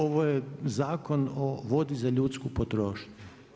Ovo je Zakon o vodi za ljudsku potrošnju.